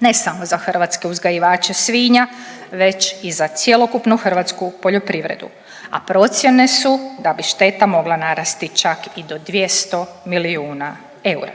ne samo za hrvatske uzgajivače svinja već i za cjelokupnu hrvatsku poljoprivredu, a procjene su da bi šteta mogla narasti čak i do 200 milijuna eura.